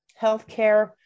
healthcare